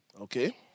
Okay